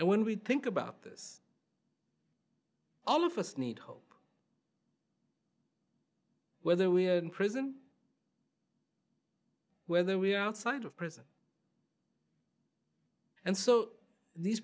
and when we think about this all of us need hope whether we are in prison whether we're outside of prison and so these